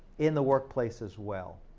in the workplace as well.